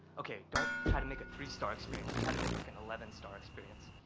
okay, don't try to make a three-star experience. try to make like an eleven star experience.